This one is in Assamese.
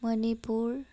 মণিপুৰ